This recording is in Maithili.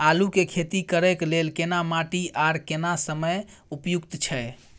आलू के खेती करय के लेल केना माटी आर केना समय उपयुक्त छैय?